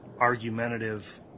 argumentative